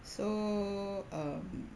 so um